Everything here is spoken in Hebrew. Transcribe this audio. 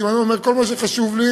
כשאדם אומר: כל מה שחשוב לי